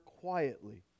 quietly